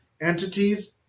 entities